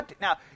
Now